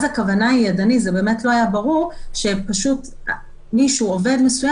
הכוונה בידני היא שפשוט עובד מסוים